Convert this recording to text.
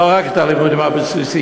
לא רק את הלימודים הבסיסיים,